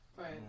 Right